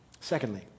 Secondly